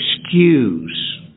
excuse